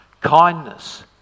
kindness